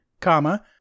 comma